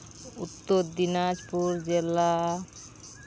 Uttar Dinajpur ᱡᱮᱠᱟ